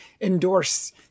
endorse